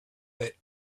that